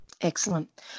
Excellent